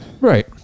Right